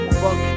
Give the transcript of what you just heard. fuck